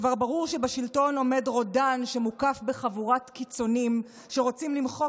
כשכבר ברור שבשלטון עומד רודן שמוקף בחבורת קיצוניים שרוצים למחוק